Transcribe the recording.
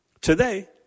Today